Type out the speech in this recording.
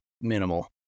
minimal